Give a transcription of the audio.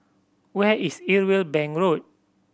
where is Irwell Bank Road